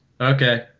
okay